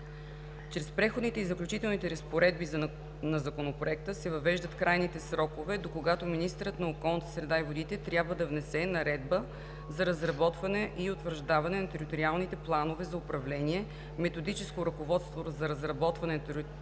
Чрез Преходните и заключителните разпоредби на Законопроекта се въвеждат крайните срокове, докогато министърът на околната среда и водите трябва да внесе наредба за разработване и утвърждаване на териториалните планове за управление, методическо ръководство за разработване на териториалните планове,